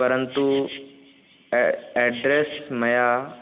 परन्तु ए एड्रेस् मया